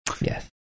Yes